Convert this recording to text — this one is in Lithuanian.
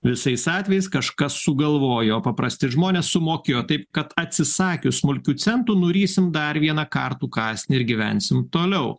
visais atvejais kažkas sugalvojo paprasti žmonės sumokėjo taip kad atsisakius smulkių centų nurysim dar vieną kartų kąsnį ir gyvensim toliau